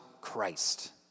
Christ